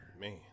Man